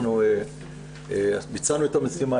אנחנו ביצענו את המשימה,